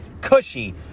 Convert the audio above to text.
cushy